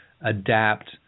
adapt